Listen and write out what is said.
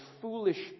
foolish